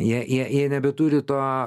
jie jie jie nebeturi to